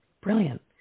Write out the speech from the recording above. Brilliant